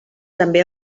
també